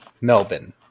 Melbourne